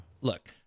look